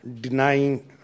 denying